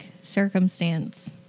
circumstance